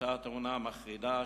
היתה תאונה מחרידה,